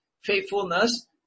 faithfulness